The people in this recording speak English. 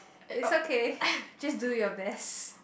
it's okay just do your best